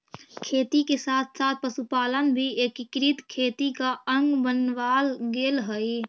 खेती के साथ साथ पशुपालन भी एकीकृत खेती का अंग बनवाल गेलइ हे